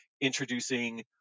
introducing